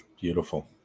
Beautiful